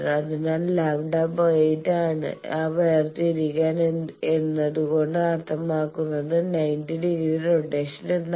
അതിനാൽ ഇത് λ 8 ആണ് λ 8 വേർതിരിക്കൽ എന്നതുകൊണ്ട് അർത്ഥമാക്കുന്നത് 90 ഡിഗ്രി റൊട്ടേഷൻ എന്നാണ്